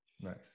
Nice